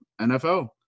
NFL